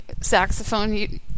saxophone